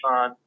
on